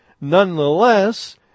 Nonetheless